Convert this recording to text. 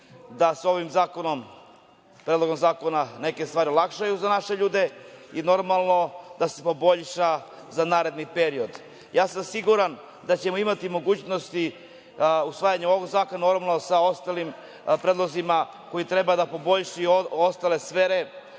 da sa ovim Predlogom zakona neke stvari se olakšaju za naše ljude i da se poboljša za naredni period. Sigurna sam da ćemo imati mogućnosti usvajanjem ovog zakona, normalno, sa ostalim predlozima koji trebaju da poboljšaju ostale sfere